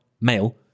male